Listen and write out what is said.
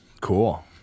cool